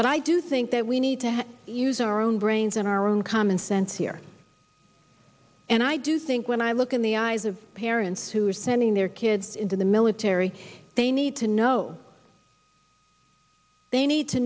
but i do think that we need to use our own brains and our own common sense here and i do think when i look in the eyes of parents who are sending their kids into the military they need to know they need to